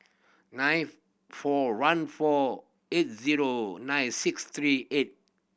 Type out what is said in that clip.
nine four one four eight zero nine six three eight